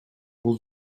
бул